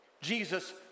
Jesus